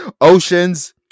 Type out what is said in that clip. Oceans